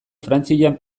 frantzian